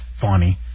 funny